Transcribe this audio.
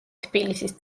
თბილისის